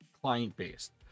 client-based